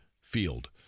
field